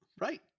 Right